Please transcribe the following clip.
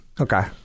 Okay